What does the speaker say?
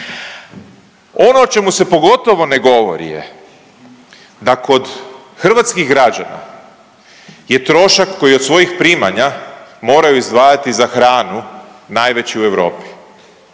Ono o čemu se pogotovo ne govori je da kod hrvatskih građana je trošak koji od svojih primanja moraju izdvajaju za hranu najveći u Europi